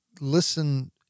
listen